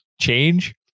change